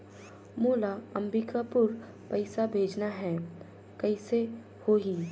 मोला अम्बिकापुर पइसा भेजना है, कइसे होही?